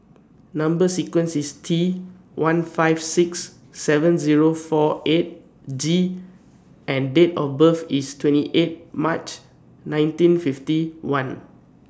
Number sequence IS T one five six seven Zero four eight G and Date of birth IS twenty eight March nineteen fifty one